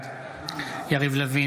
בעד יריב לוין,